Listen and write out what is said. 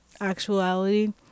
actuality